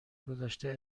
گذشته